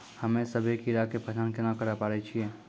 हम्मे सभ्भे कीड़ा के पहचान केना करे पाड़ै छियै?